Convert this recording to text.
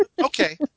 okay